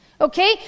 Okay